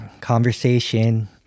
conversation